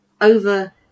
over